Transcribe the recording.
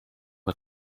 her